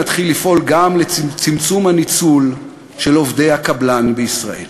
נתחיל לפעול גם לצמצום הניצול של עובדי הקבלן בישראל.